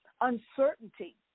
uncertainty